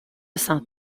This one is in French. sans